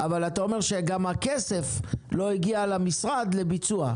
אבל אתה אומר שגם הכסף לא הגיע למשרד לביצוע.